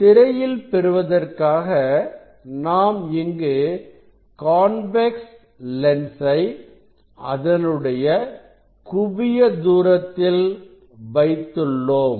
திரையில் பெறுவதற்காக நாம் இங்கு கான்வெக்ஸ் லென்சை அதனுடைய குவிய தூரத்தில் வைத்துள்ளோம்